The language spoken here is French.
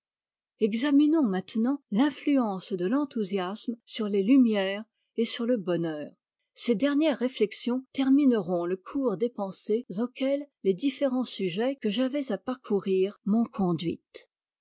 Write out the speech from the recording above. examinons maintenant l'influence de l'enthousiasme sur les lumières et sur le bonheur ces dernières réflexions termineront le cours des pensées auxquelles les différents sujets que j'avais à parcourir m'ont conduite